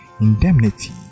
indemnity